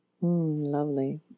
Lovely